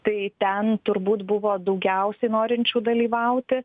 tai ten turbūt buvo daugiausiai norinčių dalyvauti